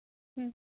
ᱦᱩᱸ